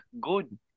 good